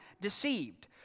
deceived